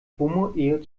homoehe